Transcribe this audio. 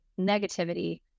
negativity